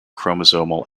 chromosomal